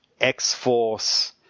X-Force